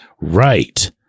Right